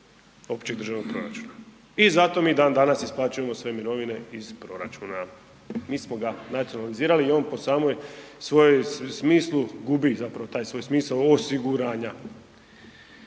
općeg državnog proračuna i zato mi dan danas isplaćujemo sve mirovine iz proračuna. Mi smo ga nacionalizirali i on po samoj svojoj smislu gubi zapravo taj svoj smisao osiguranja.